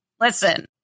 Listen